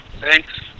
thanks